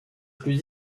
plus